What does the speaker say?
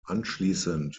anschließend